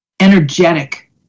energetic